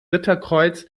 ritterkreuz